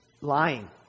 lying